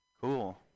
Cool